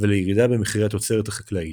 ולירידה במחירי התוצרת החקלאית.